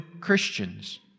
Christians